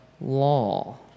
law